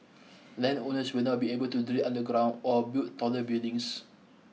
land owners will now be able to drill underground or build taller buildings